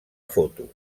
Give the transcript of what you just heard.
foto